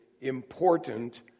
important